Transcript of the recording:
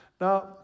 Now